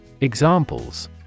Examples